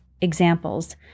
examples